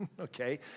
okay